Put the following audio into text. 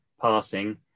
passing